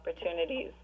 opportunities